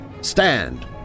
Stand